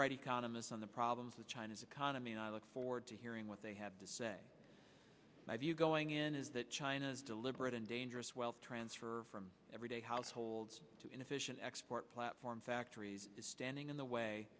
bright economists on the problems of china's economy and i look forward to hearing what they have to say my view going in is that china's deliberate and dangerous wealth transfer from everyday households to inefficient export platform factories is standing in the way